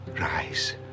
rise